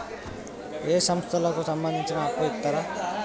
ఏ సంస్థలకు సంబంధించి అప్పు ఇత్తరు?